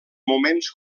moments